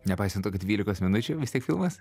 nepaisant to kad dvylikos minučių vis tiek filmas